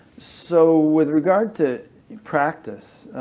so with regard to practice,